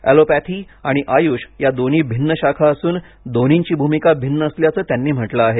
allopathy आणि आयुष या दोन्ही भिन्न शाखा असून दोन्हीची भूमिका भिन्न असल्याचं त्यांनी म्हटलं आहे